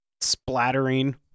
splattering